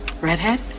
Redhead